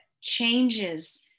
changes